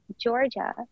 Georgia